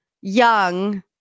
young